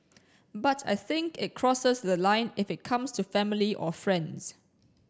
but I think it crosses the line if it comes to family or friends